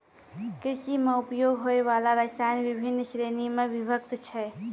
कृषि म उपयोग होय वाला रसायन बिभिन्न श्रेणी म विभक्त छै